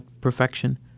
perfection